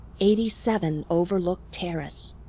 eighty seven overlook terrace!